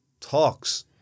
talks